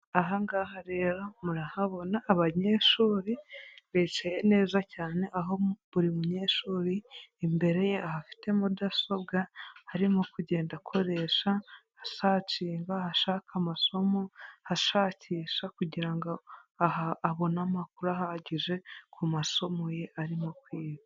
Aha ngha rero murahabona abanyeshuri, bicaye neza cyane, aho buri munyeshuri imbere ye aha afite mudasobwa, arimo kugenda akoresha asacinga, ashaka amasomo, ashakisha kugira ngo abone amakuru ahagije, ku masomo ye arimo kwiga.